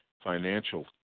financial